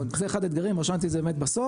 אז זה אחד האתגרים רשמתי את זה בסוף,